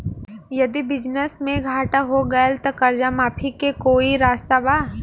यदि बिजनेस मे घाटा हो गएल त कर्जा माफी के कोई रास्ता बा?